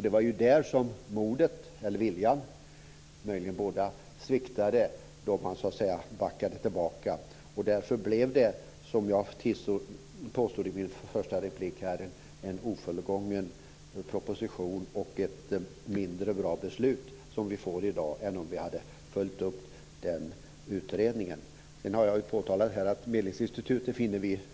Det var ju där som modet eller viljan - möjligen båda - sviktade då man backade. Därför blev det, som jag påstod i min första replik, en ofullgången proposition och ett mindre bra beslut som vi får i dag än om vi hade följt upp den utredningen. Sedan har jag påpekat här att vi finner Medlingsinstitutet